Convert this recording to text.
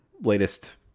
latest